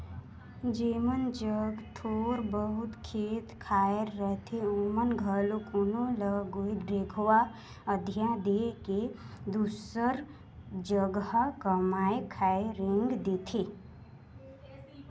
जेमन जग थोर बहुत खेत खाएर रहथे ओमन घलो कोनो ल रेगहा अधिया दे के दूसर जगहा कमाए खाए रेंग देथे